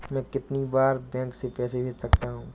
मैं कितनी बार बैंक से पैसे भेज सकता हूँ?